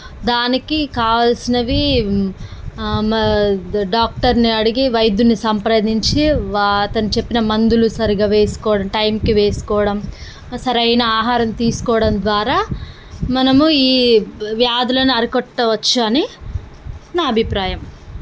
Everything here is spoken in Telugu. దానికి కావలసినవి మ డాక్టర్ని అడిగి వైద్యుని సంప్రదించి వా అతను చెప్పిన మందులు సరిగా వేసుకోవడం టైంకి వేసుకోవడం సరైన ఆహారం తీసుకోవడం ద్వారా మనము ఈ వ్యాధులను అరికట్టవచ్చు అని నా అభిప్రాయం